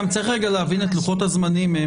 צריך גם להבין את לוחות הזמנים.